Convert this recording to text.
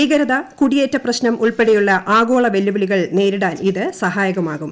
ഭീകരത കുട്ടിയേറ്റ പ്രശ്നം ഉൾപ്പെടെയുള്ള ആഗോള വെല്ലുവിളികൾ നേരിടാൻ ഇത് സഹായകമാകും